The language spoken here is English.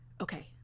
Okay